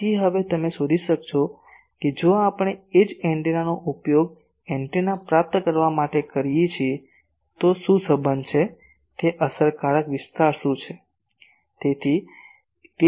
તેથી હવે તમે શોધી શકશો કે જો આપણે એ જ એન્ટેનાનો ઉપયોગ એન્ટેના પ્રાપ્ત કરવા માટે કરીએ છીએ તો શું સંબંધ છે તે અસરકારક વિસ્તાર શું છે